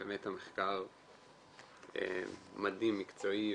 באמת מחקר מדהים, מקצועי.